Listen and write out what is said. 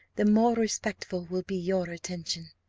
the more respectful will be your attention.